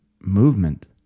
movement